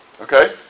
Okay